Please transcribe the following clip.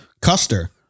Custer